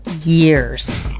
years